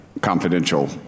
confidential